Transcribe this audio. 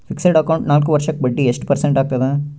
Fixed account ನಾಲ್ಕು ವರ್ಷಕ್ಕ ಬಡ್ಡಿ ಎಷ್ಟು ಪರ್ಸೆಂಟ್ ಆಗ್ತದ?